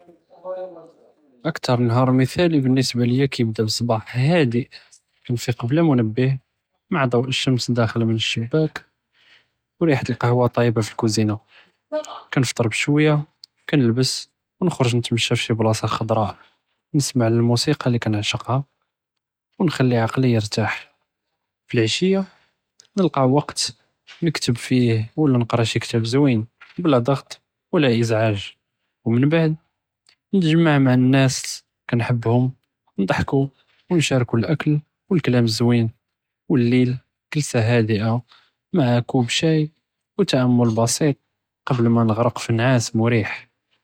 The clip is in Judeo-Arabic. אכּתאר נְהַאר מִתְ'אלִי בַּסַּבַּב ליָא כִּיבְדָא בִּנּהאר חָדֵء, כִּנְפִיק בְּלָא מֻנְבַּה עם דּוּ אֶשְשֶם דּשַמְש דָאכּל מן אלשבּּאק ו רִיחַת אלכּהּווה דָאכּל מאלקוּזינָה, כִּנְפַתֶּר שוייה, כִּנלְבֵּס ו נַחְרְג נִתְמַשַּׁה פִי שִי בּלָאסָה חֻדְרָא, נִסְמַע למוסיקה אללי כִּנשַעַקּהָ ו נַחְלִי עַקְלִי יִרְתַח, לְעַשִּיָה כִּנלְקַא ואקט נִכְתּוֹב פִיו ו נִקְרָא שִי כִּתַאב זווינ בְּלָא דַ'גּ'ץ ו לָא אִזְּעַאג', ו מןבעד נַחְמַע מَع אלנאס אללי כִּנחַבּהם, נִדְחַקּו ו נִשַארְקו אלאקל, מַע אלליל ג'לְסָה חָדֵءה מַע כּוּב שַאי ו תַעַאמּול בסִيط לפני מא נִגרַקּ פִי נּוּם מֻרִיח.